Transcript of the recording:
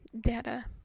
Data